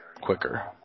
quicker